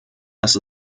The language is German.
dass